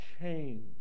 change